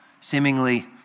seemingly